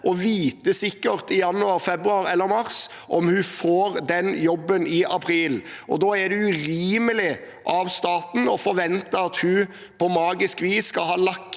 å vite sikkert i januar, februar eller mars om hun fikk den jobben i april. Da er det urimelig av staten å forvente at hun på magisk vis skal ha lagt